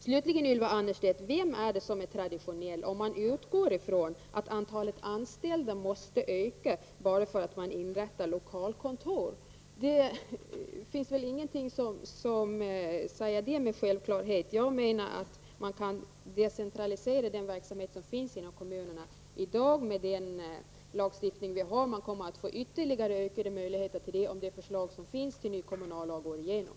Slutligen, Ylva Annerstedt, vem är traditionell om man utgår ifrån att antalet anställda måste öka bara för att man inrättar lokalkontor? Det finns väl ingenting som säger det med självklarhet. Jag menar att man kan decentralisera den verksamhet som finns inom kommunerna i dag med den lagstiftning vi har. Man kommer att få ytterligare möjligheter till det om förslaget till ny kommunallag går igenom.